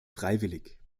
freiwillig